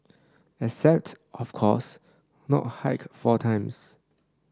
except of course not hike four times